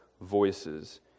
voices